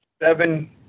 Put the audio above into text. seven